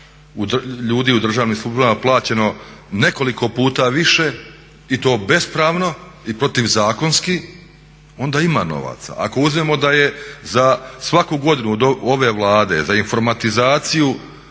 ljudi u državnim službama plaćeno nekoliko puta više i to bespravno i protuzakonski, onda ima novaca. Ako uzmemo da je za svaku godinu ove Vlade za informatizaciju